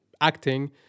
acting